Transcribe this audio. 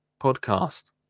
podcast